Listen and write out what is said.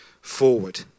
forward